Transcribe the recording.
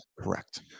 Correct